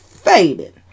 faded